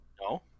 No